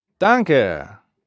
Danke